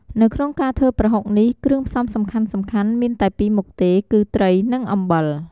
នៅក្នុងការធ្វើប្រហុកនេះ គ្រឿងផ្សំសំខាន់ៗមានតែពីរមុខទេ គឺត្រី និងអំបិល។